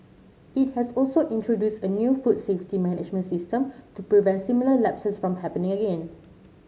it has also introduced a new food safety management system to prevent similar lapses from happening again